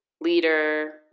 leader